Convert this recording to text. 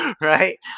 right